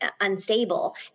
unstable